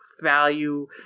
value